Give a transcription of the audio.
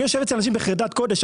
אני יושב אצל אנשים בחרדת קודש,